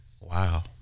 wow